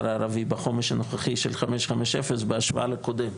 הערבי בחומש הנוכחי של 550 בהשוואה לחומש הקודם.